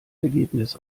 ergebnis